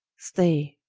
stay,